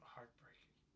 Heartbreaking